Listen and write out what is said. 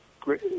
great